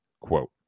quote